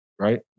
right